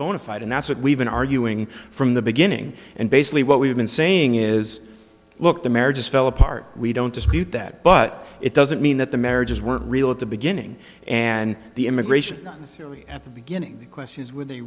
bona fide and that's what we've been arguing from the big inning and basically what we've been saying is look the marriages fell apart we don't dispute that but it doesn't mean that the marriages weren't real at the beginning and the immigration theory at the beginning the question is when the